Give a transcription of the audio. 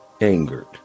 angered